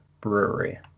Brewery